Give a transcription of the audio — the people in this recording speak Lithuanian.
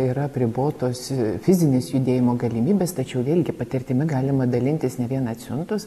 yra apribotos fizinės judėjimo galimybės tačiau vėlgi patirtimi galima dalintis ne vien atsiuntus